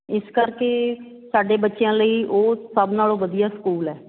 ਇਸ ਕਰਕੇ ਸਾਡੇ ਬੱਚਿਆਂ ਲਈ ਉਹ ਸਭ ਨਾਲੋਂ ਵਧੀਆ ਸਕੂਲ ਹੈ